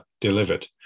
delivered